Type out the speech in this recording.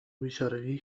بیچارگی